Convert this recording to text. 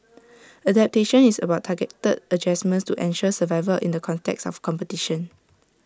adaptation is about targeted adjustments to ensure survival in the context of competition